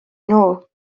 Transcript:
nhw